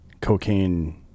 cocaine